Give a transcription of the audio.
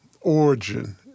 origin—